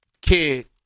kid